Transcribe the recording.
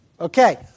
Okay